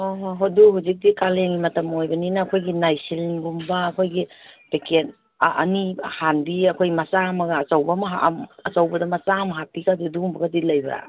ꯍꯣ ꯍꯣ ꯍꯣꯏ ꯑꯗꯨ ꯍꯧꯖꯤꯛꯇꯤ ꯀꯥꯂꯦꯟꯒꯤ ꯃꯇꯝ ꯑꯣꯏꯕꯅꯤꯅ ꯑꯩꯈꯣꯏꯒꯤ ꯅꯥꯏꯁꯤꯜꯒꯨꯝꯕ ꯑꯩꯈꯣꯏꯒꯤ ꯄꯦꯀꯦꯠ ꯑꯅꯤ ꯍꯥꯟꯕꯤ ꯑꯩꯈꯣꯏ ꯃꯆꯥ ꯑꯃꯒ ꯑꯆꯧꯕꯗ ꯃꯆꯥ ꯑꯃ ꯍꯥꯞꯄꯤ ꯑꯗꯨꯒꯨꯝꯕꯒꯗꯤ ꯂꯩꯕ꯭ꯔꯥ